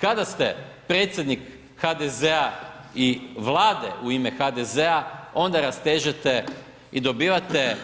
Kada ste predsjednik HDZ-a i vlade u ime HDZ-a onda rastežete i dobivate